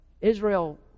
Israel